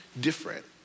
different